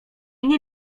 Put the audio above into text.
nie